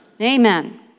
Amen